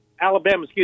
Alabama